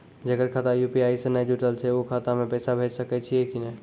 जेकर खाता यु.पी.आई से नैय जुटल छै उ खाता मे पैसा भेज सकै छियै कि नै?